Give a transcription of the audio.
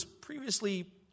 previously